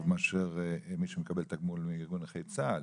מאשר מי שמקבל תגמול מארגון נכי צה"ל.